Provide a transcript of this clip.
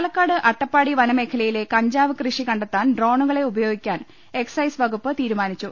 പാലക്കാട് അട്ടപ്പാടി വനമേഖലയിലെ കഞ്ചാവ് കൃഷി കണ്ടെത്താൻ ഡ്രോണുകളെ ഉപയോഗിക്കാൻ എക്സൈസ് വകുപ്പ് തീരുമാനിച്ചു